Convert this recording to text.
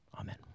Amen